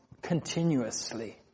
continuously